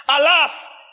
Alas